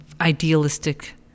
idealistic